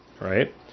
right